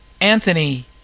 Anthony